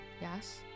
yes